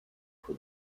for